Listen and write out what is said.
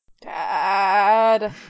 Dad